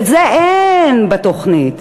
את זה אין בתוכנית.